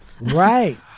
Right